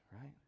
right